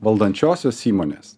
valdančiosios įmonės